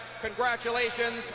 congratulations